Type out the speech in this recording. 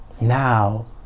now